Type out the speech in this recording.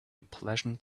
pleasant